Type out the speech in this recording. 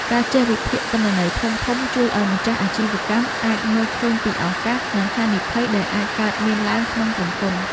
ការចេះវិភាគទិន្នន័យធំៗជួយឱ្យម្ចាស់អាជីវកម្មអាចមើលឃើញពីឱកាស និងហានិភ័យដែលអាចកើតមានឡើងក្នុងក្រុមហ៊ុន។